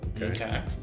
Okay